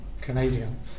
Canadian